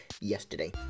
yesterday